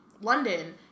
London